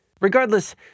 Regardless